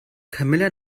camilla